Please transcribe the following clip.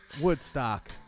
Woodstock